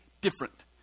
different